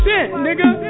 nigga